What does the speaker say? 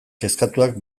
kezkatuak